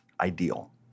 ideal